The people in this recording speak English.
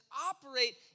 operate